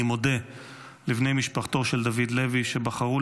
אני מודה לבני משפחתו של דוד לוי שבחרו